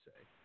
say